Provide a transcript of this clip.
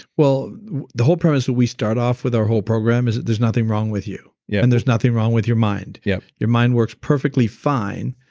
well the whole premise that we start off with our whole program is that there's nothing wrong with you yeah and there's nothing wrong with your mind. yeah your mind works perfectly fine.